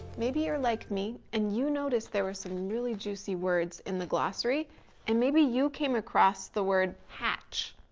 maybe you're like me and you noticed there were some, really juicy words in the glossary and maybe you came across the word hatch,